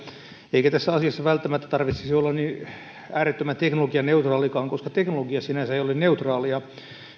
eikä tässä asiassa välttämättä tarvitsisi olla niin äärettömän teknologianeutraalikaan koska teknologia sinänsä ei ole neutraalia